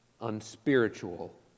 unspiritual